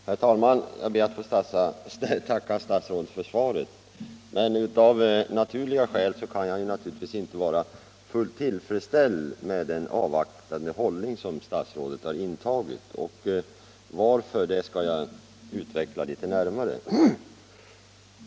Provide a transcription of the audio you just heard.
Herr talman! Jag ber att få tacka statsrådet för svaret. Men av naturliga skäl kan jag inte vara fullt tillfredsställd med den avvaktande hållning som statsrådet intagit, och orsaken härtill skall jag utveckla litet närmare.